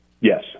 Yes